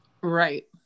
right